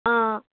অঁ